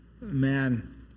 man